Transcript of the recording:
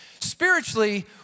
Spiritually